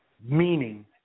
meaning